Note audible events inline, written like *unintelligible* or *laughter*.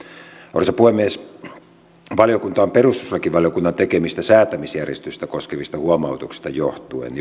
arvoisa puhemies valiokunta on perustuslakivaliokunnan tekemistä säätämisjärjestystä koskevista huomautuksista johtuen *unintelligible*